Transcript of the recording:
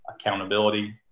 accountability